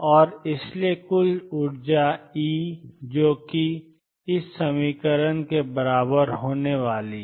और इसलिए कुल ऊर्जा E 28ma212m2a2 होने वाली है